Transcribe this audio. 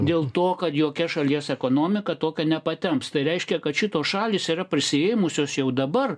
dėl to kad jokia šalies ekonomika tokia nepatemps tai reiškia kad šitos šalys yra prisiėmusios jau dabar